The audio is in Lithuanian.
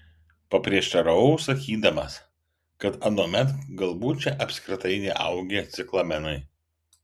paprieštaravau sakydamas kad anuomet galbūt čia apskritai neaugę ciklamenai